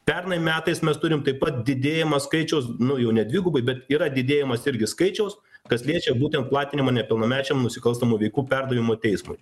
pernai metais mes turim taip pat didėjimą skaičiaus nu jau ne dvigubai bet yra didėjimas irgi skaičiaus kas liečia būtent platinimą nepilnamečiam nusikalstamų veikų perdavimu teismui